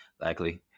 likely